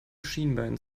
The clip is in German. schienbein